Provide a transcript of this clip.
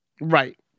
Right